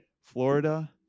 Florida